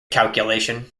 calculation